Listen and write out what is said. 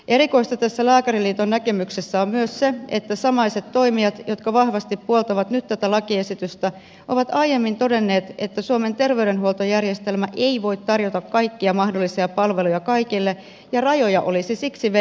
erikoista tässä lääkäriliiton näkemyksessä on myös se että samaiset toimijat jotka vahvasti puoltavat nyt tätä lakiesitystä ovat aiemmin todenneet että suomen terveydenhuoltojärjestelmä ei voi tarjota kaikkia mahdollisia palveluja kaikille ja rajoja olisi siksi vedettävä